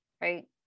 Right